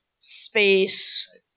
space